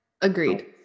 agreed